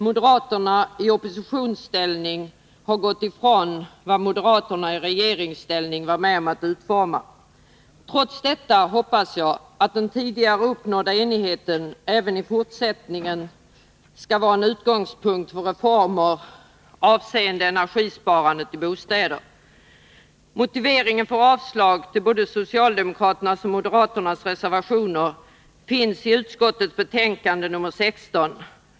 Moderaterna i oppositionsställning har gått ifrån vad moderaterna regeringsställning varit med om att utforma. Trots detta hoppas jag att den tidigare uppnådda enigheten även i fortsättningen skall vara en utgångspunkt för reformer avseende energisparandet i bostäder. Motiveringen för ett yrkande om avslag på både socialdemokraternas och moderaternas reservationer finns i utskottets betänkande nr 16.